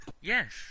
Yes